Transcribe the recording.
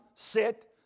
Sit